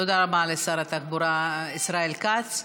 תודה רבה לשר התחבורה ישראל כץ.